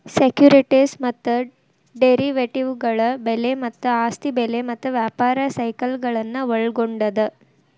securities ಮತ್ತ ಡೆರಿವೇಟಿವ್ಗಳ ಬೆಲೆ ಮತ್ತ ಆಸ್ತಿ ಬೆಲೆ ಮತ್ತ ವ್ಯಾಪಾರ ಸೈಕಲ್ಗಳನ್ನ ಒಳ್ಗೊಂಡದ